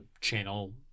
channel